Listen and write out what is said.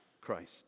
Christ